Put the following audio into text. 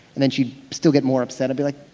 and then she'd still get more upset. i'd be like,